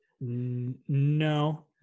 no